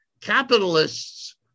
capitalists